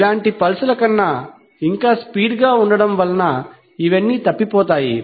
ఇలాంటి పల్స్ ల కన్నా ఇంకా స్పీడ్ గా ఉండడం వలన ఇవన్నీ తప్పిపోతాయి